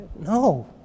no